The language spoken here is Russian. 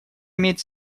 имеет